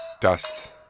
dust